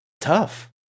tough